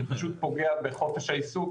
זה פשוט פוגע בחופש העיסוק